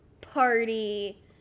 party